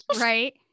Right